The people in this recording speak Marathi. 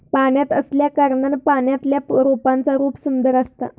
पाण्यात असल्याकारणान पाण्यातल्या रोपांचा रूप सुंदर असता